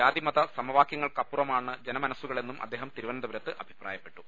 ജാതി മത സമവാക്യങ്ങൾക്കപ്പുറമാണ് ജനമനസ്സു കളെന്നും അദ്ദേഹം തിരുവനന്തപുരത്ത് അഭിപ്രായപ്പെട്ടു